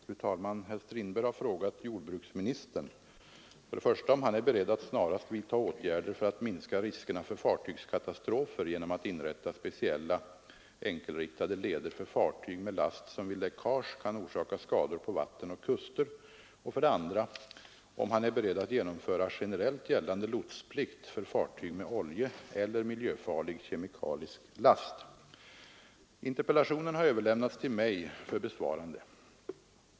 Fru talman! Herr Strindberg har frågat jordbruksministern 1. om han är beredd att snarast vidta åtgärder för att minska riskerna för fartygskatastrofer genom att inrätta speciella, enkelriktade leder för fartyg med last som vid läckage kan orsaka skador på vatten och kuster, och 2. om han är beredd att genomföra generellt gällande lotsplikt för fartyg med oljeeller miljöfarlig kemikalisk last. Interpellationen har överlämnats till mig för besvarande.